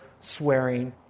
swearing